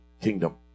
kingdom